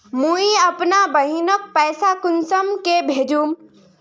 मुई अपना बहिनोक पैसा कुंसम के भेजुम?